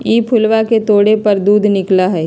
ई फूलवा के तोड़े पर दूध निकला हई